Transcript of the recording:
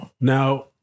Now